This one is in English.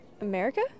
America